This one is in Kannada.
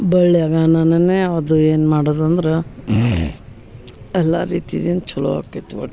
ಬಳ್ಳಿಯಾಗನನನೇ ಅದು ಏನು ಮಾಡೋದು ಅಂದ್ರೆ ಎಲ್ಲ ರೀತಿದಿಂದ ಚಲೋ ಆಕೈತೆ ಒಟ್ಟು